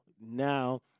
now